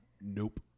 Nope